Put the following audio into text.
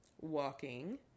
Walking